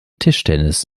tischtennis